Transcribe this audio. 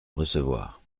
recevoir